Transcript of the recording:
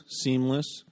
seamless